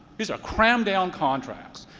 these are cram-down contracts,